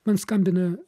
man skambina